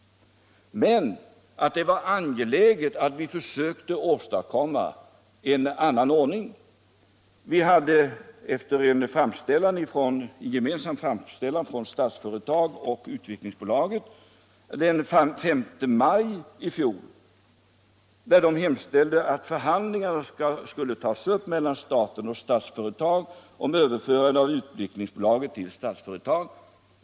men att det var angeläget att vi försökte åstadkomma en annan ordning. Vi fick den 5 maj i fjol en gemensam framställning från Statsföretag och Svenska Utvecklingsaktiebolaget med en hemställan om att förhandlingar om överföring av Svenska Utvecklingsaktiebolaget till Statsföretag skulle tas upp mellan staten och Statsföretag.